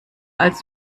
als